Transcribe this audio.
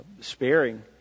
sparing